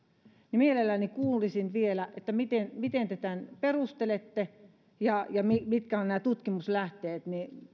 ja mielelläni kuulla sen vielä miten miten te tämän perustelette ja ja mitkä ovat nämä tutkimuslähteet